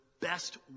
best